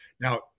Now